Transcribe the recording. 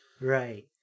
right